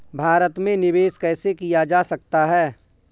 भारत में निवेश कैसे किया जा सकता है?